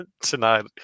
tonight